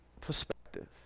perspective